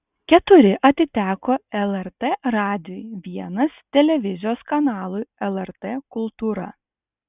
keturi atiteko lrt radijui vienas televizijos kanalui lrt kultūra